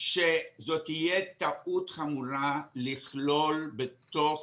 שזאת תהיה טעות חמורה לכלול בתוך